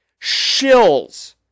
shills